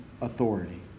authority